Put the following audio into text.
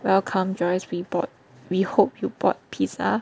welcome Joyce we bought hope we hope you bought pizza